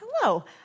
Hello